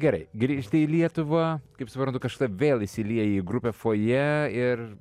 gerai grįžti į lietuvą kaip suprantu kažkada vėl įsilieji į grupę fojė ir